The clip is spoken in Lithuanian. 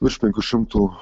virš penkių šimtų